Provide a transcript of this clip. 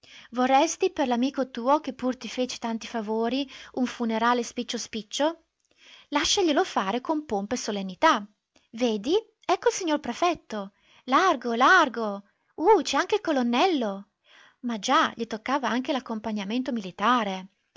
vorresti per l'amico tuo che pur ti fece tanti favori un funerale spiccio spiccio lasciaglielo fare con pompa e solennità vedi ecco il signor prefetto largo largo uh c'è anche il colonnello ma già gli toccava anche l'accompagnamento militare